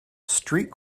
street